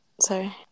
Sorry